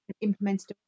implemented